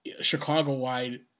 Chicago-wide